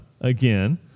again